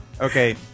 Okay